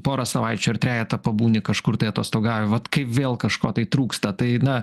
porą savaičių ar trejetą pabūni kažkur tai atostogauji kai vėl kažko tai trūksta tai na